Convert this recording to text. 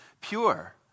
pure